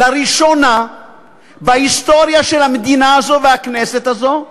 לראשונה בהיסטוריה של המדינה הזו והכנסת הזו,